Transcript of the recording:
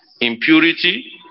impurity